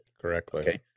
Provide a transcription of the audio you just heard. Correctly